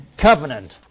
covenant